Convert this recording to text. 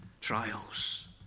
trials